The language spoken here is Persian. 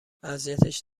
اذیتش